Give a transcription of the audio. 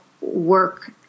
work